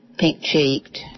pink-cheeked